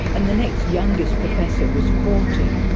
and the next youngest professor was forty.